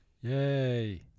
Yay